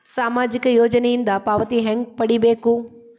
ಸಾಮಾಜಿಕ ಯೋಜನಿಯಿಂದ ಪಾವತಿ ಹೆಂಗ್ ಪಡಿಬೇಕು?